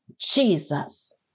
Jesus